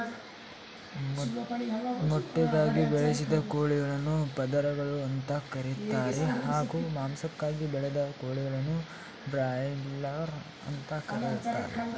ಮೊಟ್ಟೆಗಾಗಿ ಬೆಳೆಸಿದ ಕೋಳಿಗಳನ್ನು ಪದರಗಳು ಅಂತ ಕರೀತಾರೆ ಹಾಗೂ ಮಾಂಸಕ್ಕಾಗಿ ಬೆಳೆದ ಕೋಳಿಗಳನ್ನು ಬ್ರಾಯ್ಲರ್ ಅಂತ ಕರೀತಾರೆ